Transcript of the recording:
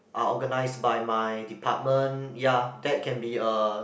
are organised by my department ya that can be a